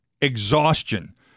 exhaustion